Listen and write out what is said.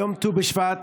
היום ט"ו בשבט,